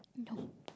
no